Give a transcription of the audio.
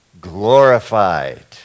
glorified